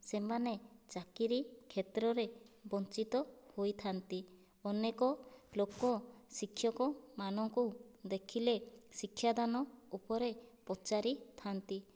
ସେମାନେ ଚାକିରି କ୍ଷେତ୍ରରେ ବଞ୍ଚିତ ହୋଇଥାନ୍ତି ଅନେକ ଲୋକ ଶିକ୍ଷକମାନଙ୍କୁ ଦେଖିଲେ ଶିକ୍ଷାଦାନ ଉପରେ ପଚାରିଥାନ୍ତି